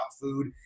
food